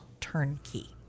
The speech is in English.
turnkey